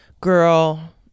girl